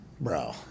Bro